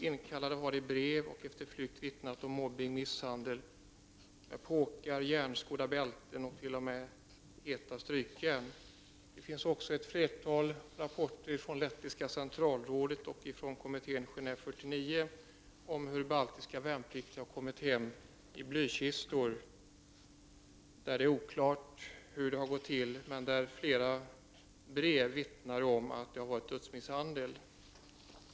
Inkallade har i brev och efter flykt vittnat om mobbning och misshandel med påkar, järnskodda bälten och t.o.m. heta strykjärn. Det finns också ett flertal rapporter ifrån Lettiska centralrådet och Kommittén Gen&ve 49 om hur baltiska värnpliktiga har kommit hem i blykistor, där det är oklart hur det har gått till. Flera brev vittnar dock om att det har varit fråga om dödsmisshandel.